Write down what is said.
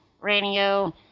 Radio